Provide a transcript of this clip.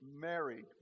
married